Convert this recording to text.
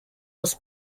was